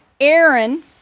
Aaron